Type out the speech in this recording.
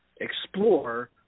explore